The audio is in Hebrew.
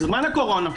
בזמן הקורונה,